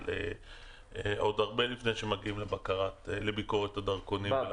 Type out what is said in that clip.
עוד הרבה לפני שמגיעים לביקורת הדרכונים.